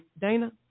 Dana